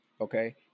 okay